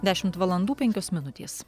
dešimt valandų penkios minutės